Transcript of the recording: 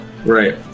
Right